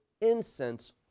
incense